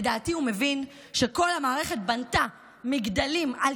לדעתי הוא מבין שכל המערכת בנתה מגדלים על